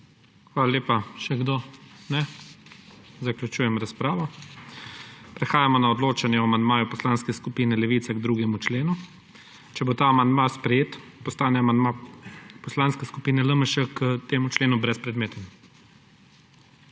Hvala lepa. Še kdo? Ne. Zaključujem razpravo. Prehajamo na odločanje o amandmaju Poslanske skupine Levica k 2. členu. Če bo ta amandma sprejet, postane amandma Poslanske skupine LMŠ k temu členu brezpredmeten.